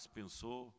pensou